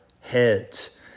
heads